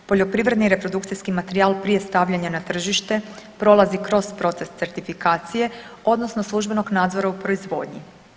Poljoprivredni reprodukcijski materijal prije stavljanja na tržište prolazi kroz proces certifikacije, odnosno službenog nadzora u proizvodnji.